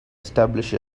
establish